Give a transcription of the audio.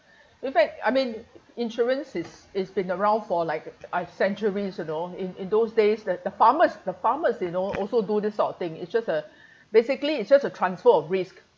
in fact I mean insurance is it's been around for like uh centuries you know in in those days that the farmers the farmers you know also do this sort of thing it's just uh basically it's just a transfer of risk